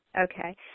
okay